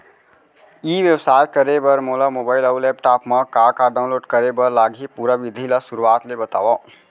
ई व्यवसाय करे बर मोला मोबाइल अऊ लैपटॉप मा का का डाऊनलोड करे बर लागही, पुरा विधि ला शुरुआत ले बतावव?